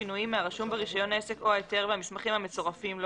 שינויים מהרשום ברישיון עסק או ההיתר והמסמכים המצורפים לו,